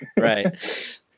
right